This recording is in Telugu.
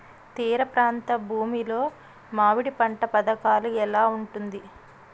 తీర ప్రాంత భూమి లో మామిడి పంట పథకాల ఎలా ఉంటుంది?